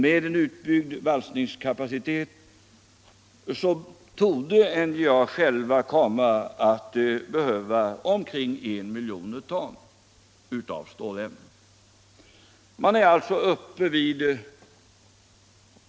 Med en utbyggd valsningskapacitet torde NJA självt komma att behöva omkring 1 miljon ton stålämnen.